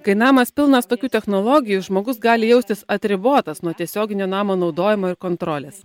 kai namas pilnas tokių technologijų žmogus gali jaustis atribotas nuo tiesioginio namo naudojimo ir kontrolės